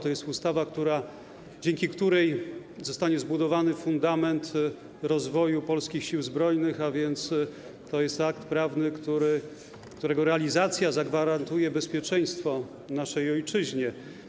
To jest ustawa, dzięki której zostanie zbudowany fundament rozwoju polskich Sił Zbrojnych, a więc to jest akt prawny, którego realizacja zagwarantuje bezpieczeństwo naszej ojczyźnie.